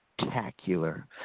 Spectacular